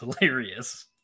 hilarious